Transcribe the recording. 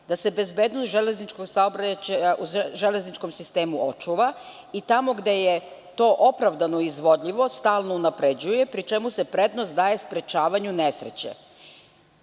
saobraćaja u železničkom sistemu očuva i tamo gde to je to opravdano izvodljivo stalno unapređuje, pri čemu se prednost daje sprečavanju